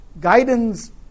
guidance